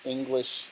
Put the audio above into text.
English